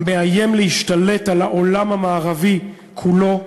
המאיים להשתלט על העולם המערבי כולו,